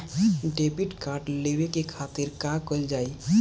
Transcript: Debit card लेवे के खातिर का कइल जाइ?